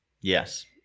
Yes